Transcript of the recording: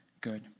good